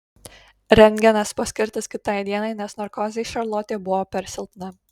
rentgenas paskirtas kitai dienai nes narkozei šarlotė buvo per silpna